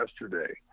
yesterday